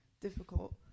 difficult